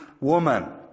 woman